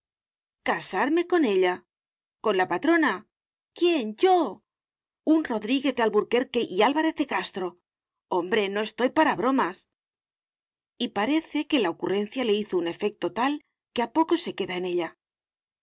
casarme con ella con la patrona quién yo un rodríguez de alburquerque y álvarez de castro hombre no estoy para bromas y parece que la ocurrencia le hizo un efecto tal que a poco se queda en ella